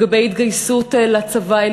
על התגייסות לצבא.